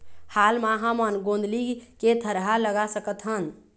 हाल मा हमन गोंदली के थरहा लगा सकतहन?